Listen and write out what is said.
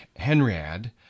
Henriad